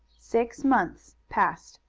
six months passed.